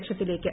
ലക്ഷത്തിലേക്ക്